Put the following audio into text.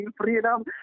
freedom